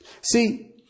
See